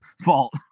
fault